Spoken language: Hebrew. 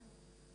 כן.